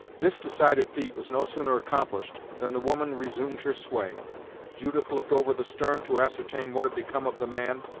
this decided feat was no sooner accomplished than the woman resumed her sway judith looked over the stern to ascertain what had become of the man,